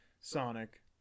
Sonic